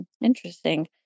interesting